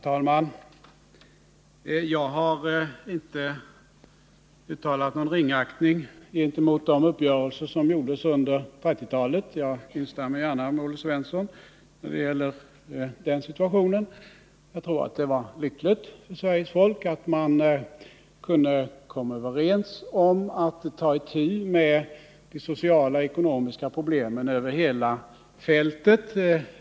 Herr talman! Jag har inte uttalat någon ringaktning gentemot de uppgörelser som gjordes under 1930-talet. Jag instämmer gärna med Olle Svensson när det gäller dessa uppgörelser i den situationen. Jag tror att det var lyckligt för Sveriges folk att man kunde komma överens om att ta itu med de sociala och ekonomiska problemen över hela fältet.